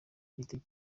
giti